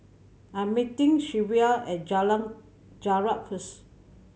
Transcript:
I'm meeting Shelvia at Jalan Jarak first